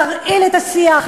להרעיל את השיח,